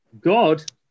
God